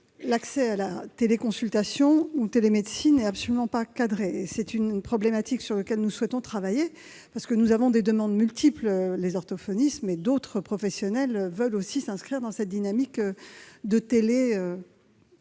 médicaux à ces pratiques n'est absolument pas cadré. C'est une problématique sur laquelle nous souhaitons travailler, parce que nous avons des demandes multiples : les orthophonistes, mais d'autres professionnels veulent aussi s'inscrire dans cette dynamique.